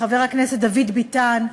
לחבר הכנסת דוד ביטן,